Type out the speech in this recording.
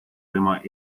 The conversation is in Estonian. tema